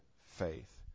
faith